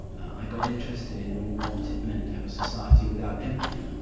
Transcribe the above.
i got interested in what it meant to have a society without empathy.